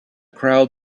crowd